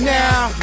now